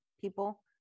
People